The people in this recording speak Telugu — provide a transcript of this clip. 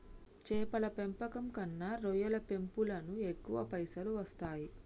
చేపల పెంపకం కన్నా రొయ్యల పెంపులను ఎక్కువ పైసలు వస్తాయి